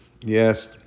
yes